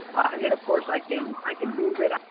um then of course i can i can move it.